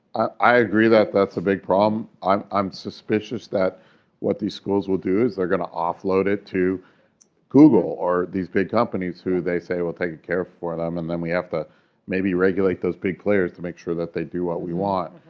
i agree that that's a big problem. i'm i'm suspicious that what these schools will do is they're going to offload it to google or these big companies who they say will take care for them. and then we have to maybe regulate those big players to make sure that they do what we want.